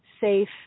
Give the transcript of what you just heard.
safe